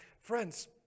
Friends